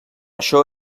això